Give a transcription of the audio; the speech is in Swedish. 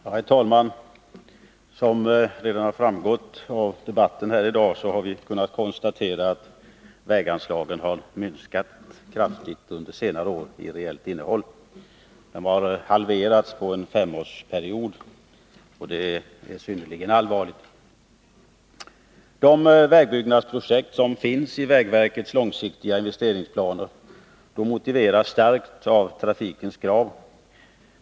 Herr talman! Som redan framgått av debatten i dag har väganslagen minskat kraftigt under senare år i reellt innehåll. De har halverats på en femårsperiod, och det är synnerligen allvarligt. De vägbyggnadsprojekt, som finns i vägverkets långsiktiga investeringsplaner, motiveras starkt av trafikens krav.